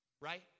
Right